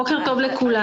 בוקר טוב לכולם.